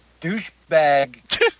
douchebag